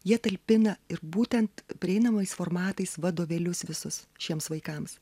jie talpina ir būtent prieinamais formatais vadovėlius visus šiems vaikams